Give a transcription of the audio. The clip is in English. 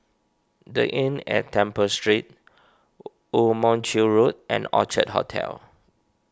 the Inn at Temple Street Woo Mon Chew Road and Orchard Hotel